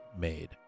made